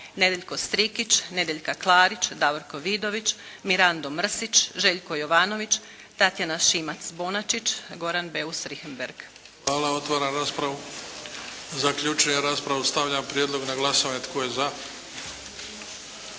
Nedjeljko Strikić, Nedjeljka Klarić, Davorko Vidović, Mirando Mrsić, Željko Jovanović, Tatjana Šimac-Bonačić, Goran Beus Richembergh. **Bebić, Luka (HDZ)** Hvala. Otvaram raspravu. Zaključujem raspravu. Stavljam prijedlog na glasovanje. Tko je za?